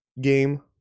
game